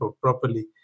properly